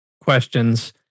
questions